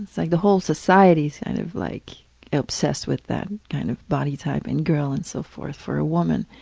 like the whole society's kind of like obsessed with that kind of body type in girls and so forth for a woman.